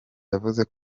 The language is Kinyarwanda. yavuze